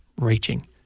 reaching